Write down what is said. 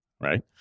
right